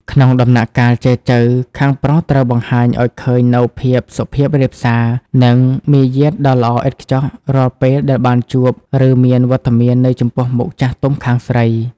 ក្នុងដំណាក់កាលចែចូវ ខាងប្រុសត្រូវបង្ហាញឱ្យឃើញនូវភាពសុភាពរាបសារ និងមារយាទដ៏ល្អឥតខ្ចោះរាល់ពេលដែលបានជួប ឬមានវត្តមាននៅចំពោះមុខចាស់ទុំខាងស្រី។